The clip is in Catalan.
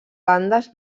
bandes